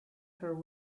her